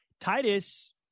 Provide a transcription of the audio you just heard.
Titus